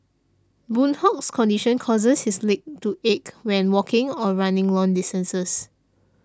Boon Hock's condition causes his legs to ache when walking or running long distances